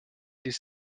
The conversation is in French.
des